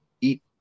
eat